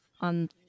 on